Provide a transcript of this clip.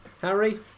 Harry